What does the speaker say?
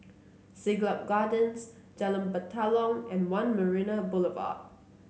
Siglap Gardens Jalan Batalong and One Marina Boulevard